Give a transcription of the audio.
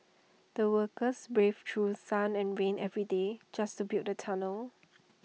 the workers braved through sun and rain every day just to build the tunnel